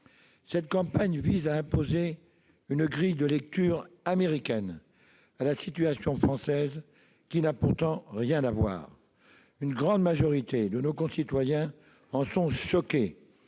Cette campagne vise à imposer une grille de lecture américaine sur la situation française, qui n'a pourtant rien à voir. Une grande majorité de nos concitoyens en sont choqués